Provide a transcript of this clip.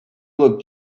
look